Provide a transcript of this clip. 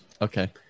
Okay